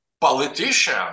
politician